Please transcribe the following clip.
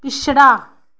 पिछड़ा